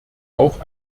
auch